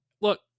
look